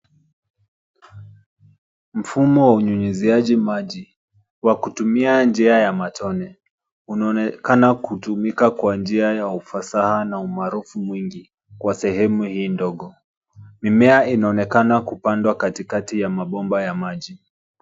Mfumo wa unyunyuziaji maji wa kutumia njia ya matone unaonekana kutumikwa kwa njia ya ufasha na umaarufu mwingi kwa sehemu hii ndogo. Mimea inaonekana kupandwa katikati ya mabomba ya maji.